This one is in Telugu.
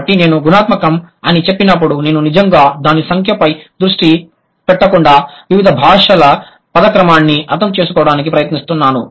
కాబట్టి నేను గుణాత్మకం అని చెప్పినప్పుడు నేను నిజంగా దాని సంఖ్యపై దృష్టి పెట్టకుండా వివిధ భాషల పద క్రమాన్ని అర్థం చేసుకోవడానికి ప్రయత్నిస్తున్నాను